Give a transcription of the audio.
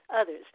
others